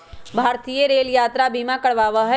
भारतीय रेल यात्रा बीमा करवावा हई